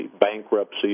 bankruptcy